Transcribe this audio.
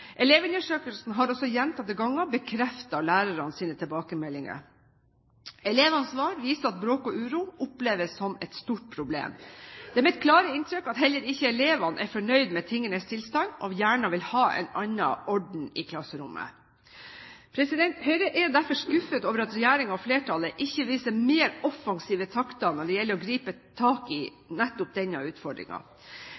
Elevundersøkelsen har også gjentatte ganger bekreftet lærernes tilbakemeldinger. Elevenes svar viser at bråk og uro oppleves som et stort problem. Det er mitt klare inntrykk at heller ikke elevene er fornøyde med tingenes tilstand og gjerne vil ha en annen orden i klasserommet. Høyre er derfor skuffet over at regjeringen og flertallet ikke viser mer offensive takter når det gjelder å gripe tak i